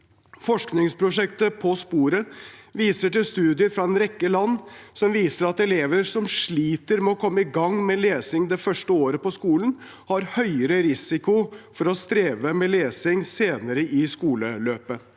Forskningsprosjektet «På sporet» viser til studier fra en rekke land som viser at elever som sliter med å komme i gang med lesing det første året på skolen, har høyere risiko for å streve med lesing senere i skoleløpet.